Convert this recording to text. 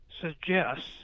suggests